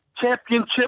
championship